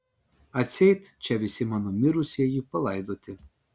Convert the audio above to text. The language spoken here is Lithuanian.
atseit čia visi mano mirusieji palaidoti